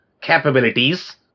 capabilities